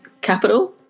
Capital